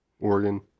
Oregon